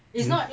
mm